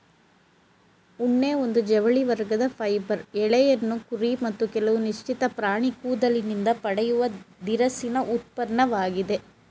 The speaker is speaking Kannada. ಉಣ್ಣೆ ಒಂದು ಜವಳಿ ವರ್ಗದ ಫೈಬರ್ ಎಳೆಯನ್ನು ಕುರಿ ಮತ್ತು ಕೆಲವು ನಿಶ್ಚಿತ ಪ್ರಾಣಿ ಕೂದಲಿಂದ ಪಡೆಯುವ ದಿರಸಿನ ಉತ್ಪನ್ನವಾಗಿದೆ